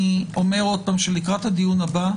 אני אומר עוד פעם, לקראת הדיון הבא,